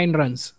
runs